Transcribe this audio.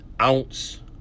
ounce